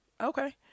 okay